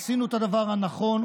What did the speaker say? עשינו את הדבר הנכון,